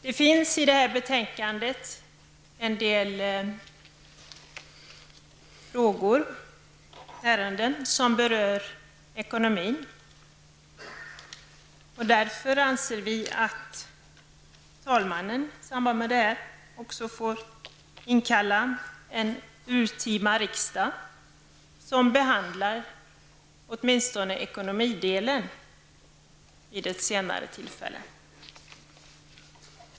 Det finns i betänkandet en del ärenden som berör ekonomin. Därför anser vi att talmannen skall inkalla en urtima riksdag som skall behandla åtminstone ekonomifrågorna.